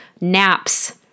naps